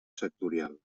sectorial